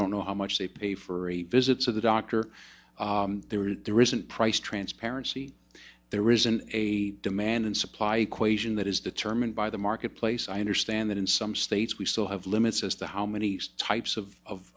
don't know how much they pay for a visit to the doctor there isn't price transparency there isn't a demand and supply quezon that is determined by the marketplace i understand that in some states we still have limits as to how many types of